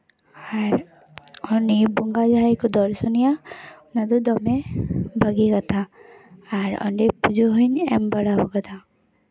ᱟᱨ ᱩᱱᱤ ᱵᱚᱸᱜᱟ ᱡᱟᱦᱟᱸᱭ ᱠᱚ ᱫᱚᱨᱥᱚᱱ ᱮᱭᱟ ᱚᱱᱟ ᱫᱚ ᱫᱚᱢᱮ ᱵᱷᱟᱹᱜᱤ ᱠᱟᱛᱷᱟ ᱟᱨ ᱚᱸᱰᱮ ᱯᱩᱡᱟᱹ ᱦᱚᱸᱧ ᱮᱢ ᱵᱟᱲᱟ ᱠᱟᱫᱟ